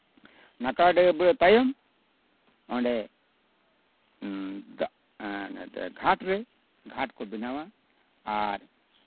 ᱱᱟᱲᱠᱟ ᱰᱟᱹᱵᱽᱨᱟᱹ ᱛᱟᱭᱚᱢ ᱚᱸᱰᱮ ᱜᱷᱟᱴᱨᱮ ᱠᱚ ᱵᱮᱱᱟᱣᱟ ᱟᱨ